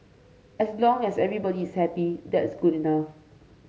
as long as everybody is happy that's good enough